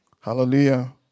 hallelujah